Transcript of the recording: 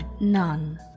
none